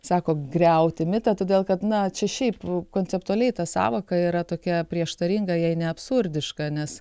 sako griauti mitą todėl kad na čia šiaip konceptualiai ta sąvoka yra tokia prieštaringa jei ne absurdiška nes